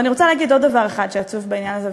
ואני רוצה להגיד עוד דבר אחד שעצוב בעניין הזה,